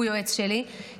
שהוא יועץ שלי,